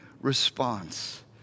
response